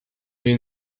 you